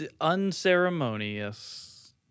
unceremonious